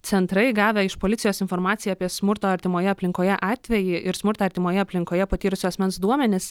centrai gavę iš policijos informaciją apie smurto artimoje aplinkoje atvejį ir smurtą artimoje aplinkoje patyrusio asmens duomenis